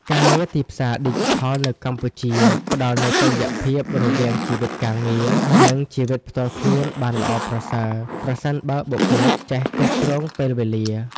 ការងារទីផ្សារឌីជីថលនៅកម្ពុជាផ្តល់នូវតុល្យភាពរវាងជីវិតការងារ និងជីវិតផ្ទាល់ខ្លួនបានល្អប្រសើរ ប្រសិនបើបុគ្គលិកចេះគ្រប់គ្រងពេលវេលា។